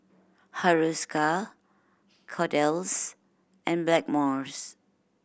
Hiruscar Kordel's and Blackmores